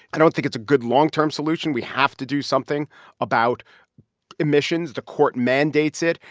i don't think it's a good long-term solution. we have to do something about emissions. the court mandates it.